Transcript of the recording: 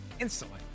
instantly